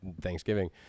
Thanksgiving